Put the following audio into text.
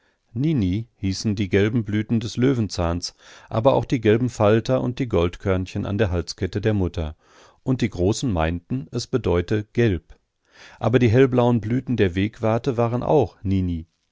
hießen die gelben blüten des löwenzahns aber auch die gelben falter und die goldkörnchen an der halskette der mutter und die großen meinten es bedeute gelb aber die hellblauen blüten der wegwarte waren auch nini